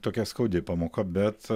tokia skaudi pamoka bet